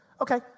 Okay